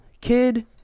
kid